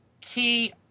key